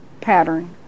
pattern